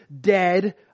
dead